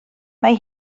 mae